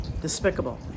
Despicable